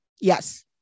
Yes